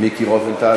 מיקי רוזנטל.